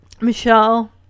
Michelle